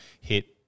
hit